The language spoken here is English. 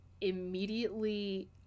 immediately